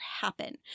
happen